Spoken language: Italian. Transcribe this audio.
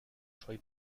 suoi